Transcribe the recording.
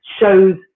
shows